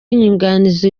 inyunganizi